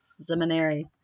Seminary